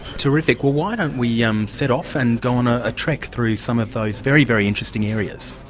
terrific. well why don't we yeah um set off and go on ah a trek through some of those very, very interesting areas.